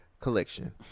collection